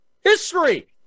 history